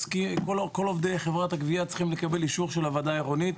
כל עובדי חברת הגבייה צריכים לקבל אישור של הוועדה העירונית.